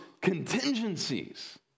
contingencies